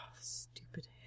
stupid